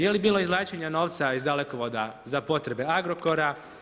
Je li bilo izvlačenje novca iz Dalekovoda za potrebe Agrokora?